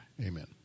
amen